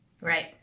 Right